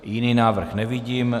Jiný návrh nevidím.